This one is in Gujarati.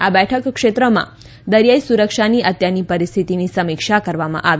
આ બેઠકમાં ક્ષેત્રમાં દરિયાઈ સુરક્ષાની અત્યારની પરિસ્થિતિની સમીક્ષા કરવામાં આવી